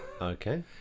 Okay